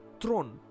throne